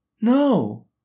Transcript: No